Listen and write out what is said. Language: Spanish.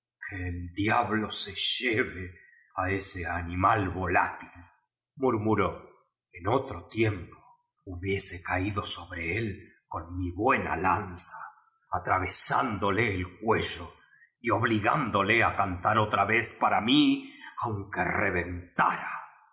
el diablo se lleve a ese animal vo látil murmuró en otro liempo hubiese cuido sobre él con mi buena lanza atrave sándole el cuello y obligándole u cantar otra vez parra nií aunque reventara y